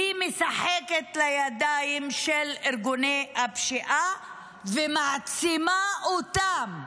היא משחקת לידיים של ארגוני הפשיעה ומעצימה אותם,